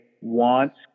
wants